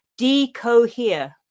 decohere